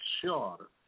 sure